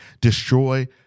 Destroy